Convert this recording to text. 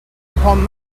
upon